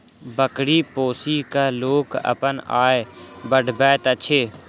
बकरी पोसि क लोक अपन आय बढ़बैत अछि